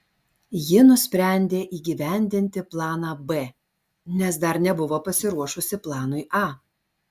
ji nusprendė įgyvendinti planą b nes dar nebuvo pasiruošusi planui a